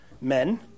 men